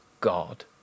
God